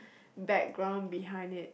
background behind it